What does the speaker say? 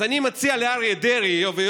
אז אני מציע לאריה דרעי פתרון,